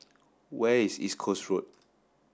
where is East Coast Road